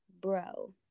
bro